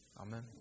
Amen